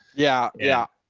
yeah. yeah.